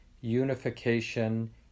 unification